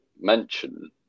mention